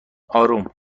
اروم